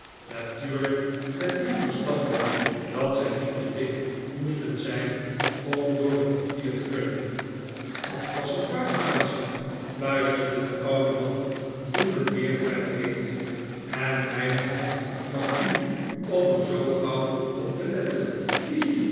natuurlijk met dien verstande dat zij niet te dik moesten zijn om door het portier te kunnen dat was een buitenkansje fluisterde de oude man toen men weer verder reed en bijdehand van u om er zoo gauw op te letten